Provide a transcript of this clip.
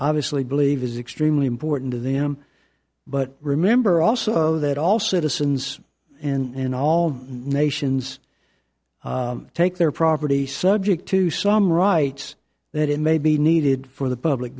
obviously believe is extremely important to them but remember also that all citizens and all nations take their property subject to some rights that it may be needed for the public